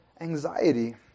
anxiety